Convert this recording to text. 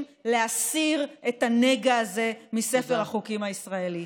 להסיר את הנגע הזה מספר החוקים הישראלי.